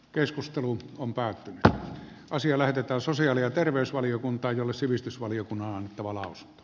keskustelu on päättymätön asia lähetetään sosiaali ja terveysvaliokuntaan jolle sivistysvaliokunnan tavalla